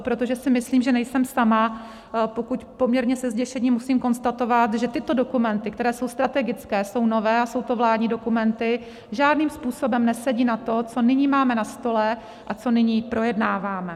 Protože si myslím, že nejsem sama, pokud poměrně se zděšením musím konstatovat, že tyto dokumenty, které jsou strategické, jsou nové a jsou to vládní dokumenty, žádným způsobem nesedí na to, co nyní máme na stole a co nyní projednáváme.